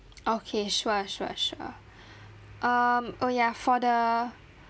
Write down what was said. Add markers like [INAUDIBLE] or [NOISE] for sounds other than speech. okay sure sure sure [BREATH] um oh yeah for the